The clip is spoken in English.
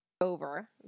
over